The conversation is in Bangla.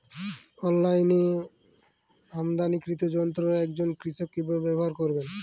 অনলাইনে আমদানীকৃত যন্ত্র একজন কৃষক কিভাবে ব্যবহার করবেন?